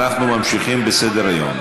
אנחנו ממשיכים בסדר-היום.